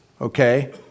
okay